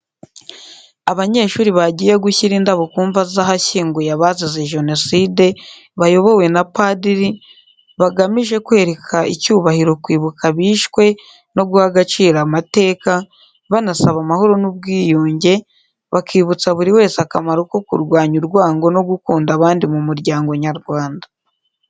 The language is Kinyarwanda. Abanyeshuri bagiye gushyira indabo ku mva zahashyinguye abazize Jenoside, bayobowe na padiri, bagamije kwereka icyubahiro, kwibuka abishwe, no guha agaciro amateka, banasaba amahoro n’ubwiyunge, bakibutsa buri wese akamaro ko kurwanya urwango no gukunda abandi mu muryango nyarwanda.